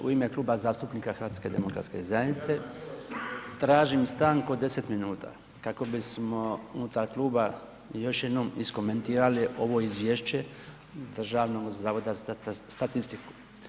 U ime Kluba zastupnika HDZ-a tražim stanku od 10 minuta kako bismo unutar kluba još jednom iskomentirali ovo izvješće Državnog zavoda za statistiku.